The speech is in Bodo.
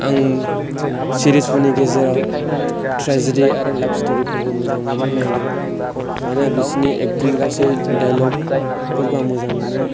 आं सिरिसफोरनि गेजेराव ट्रेजिडि आरो लाब स्टरिफोरबो मोजां मोनो नायनो दाना बिसोरनि एकटिं गासै दायल'ग फोरखौ आं मोजां मोनो